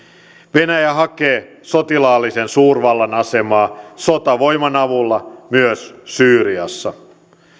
venäjä hakee sotilaallisen suurvallan asemaa sotavoiman avulla myös syyriassa